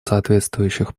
соответствующих